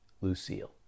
Lucille